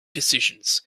decisions